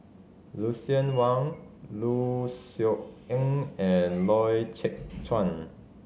Lucien Wang Low Siew Nghee and Loy Chye Chuan